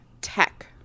tech